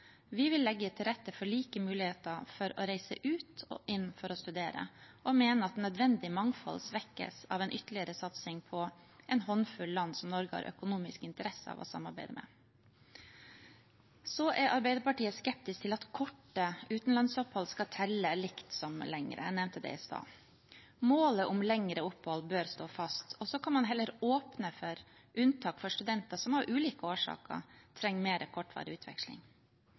Vi vil legge til rette for like muligheter for å reise ut og inn for å studere og mener at nødvendig mangfold svekkes av en ytterligere satsing på en håndfull land som Norge har økonomisk interesse av å samarbeide med. Arbeiderpartiet er skeptisk til at korte utenlandsopphold skal telle likt som lengre – jeg nevnte det i stad. Målet om lengre opphold bør stå fast, og så kan man heller åpne for unntak for studenter som av ulike årsaker trenger mer kortvarig utveksling,